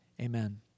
amen